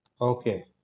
Okay